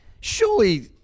surely